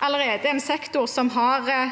allerede en sektor som har